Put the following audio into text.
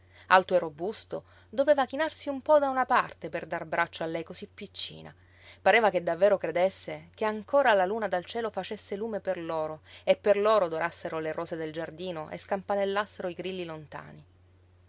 e robusto doveva chinarsi un po da una parte per dar braccio a lei cosí piccina pareva che davvero credesse che ancora la luna dal cielo facesse lume per loro e per loro odorassero le rose del giardino e scampanellassero i grilli lontani